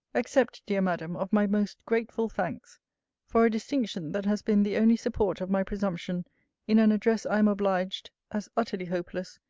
accept, dear madam, of my most grateful thanks for a distinction that has been the only support of my presumption in an address i am obliged, as utterly hopeless,